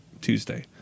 Tuesday